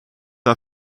are